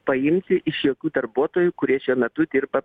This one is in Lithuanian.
paimti iš jokių darbuotojų kurie šiuo metu dirba